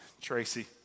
Tracy